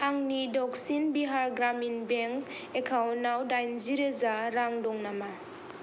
आंनि दक्सिन बिहार ग्रामिन बेंक एकाउन्टयाव डाइनजि रोजा रां दं नामा